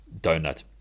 donut